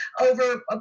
over